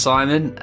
Simon